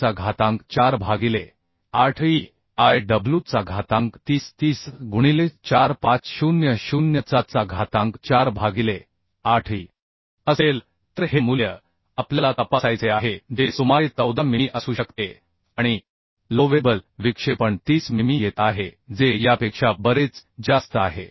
चा घातांक 4 भागिले 8 EI w चा घातांक 30 30 गुणिले 4 5 0 0 चा घातांक 4 भागिले 8EI असेल तर हे मूल्य आपल्याला तपासायचे आहे जे सुमारे14 मिमी असू शकते आणि एलोवेबल विक्षेपण 30 मिमी येत आहे जे यापेक्षा बरेच जास्त आहे